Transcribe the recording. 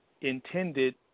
Intended